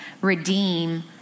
redeem